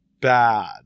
Bad